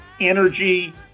energy